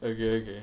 okay okay